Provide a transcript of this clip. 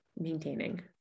maintaining